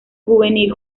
juvenil